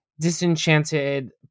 disenchanted